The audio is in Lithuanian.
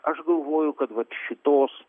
aš galvoju kad vat šitos